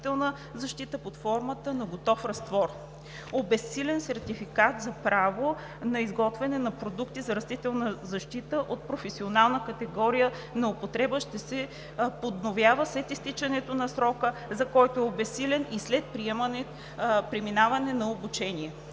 за растителна защита под формата на готов разтвор. Обезсилен сертификат за право на използване на продукти за растителна защита от професионална категория на употреба ще се подновява след изтичането на срока, за който е обезсилен, и след преминаване на обучение.